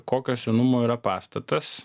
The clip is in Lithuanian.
kokio senumo yra pastatas